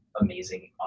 amazing